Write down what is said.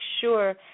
sure